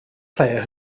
player